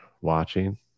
watching